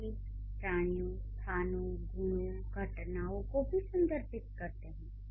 साथ ही प्राणियों स्थानों गुणों घटनाओं को भी संदर्भित करते हैं